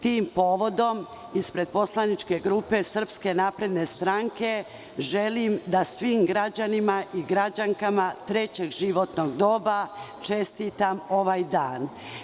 Tim povodom ispred poslaničke grupe SNS želim da svim građanima i građankama trećeg životnog doba čestitam ovaj dan.